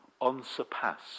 unsurpassed